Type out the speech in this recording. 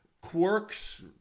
quirks